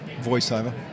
voiceover